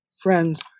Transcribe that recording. friends